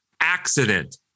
accident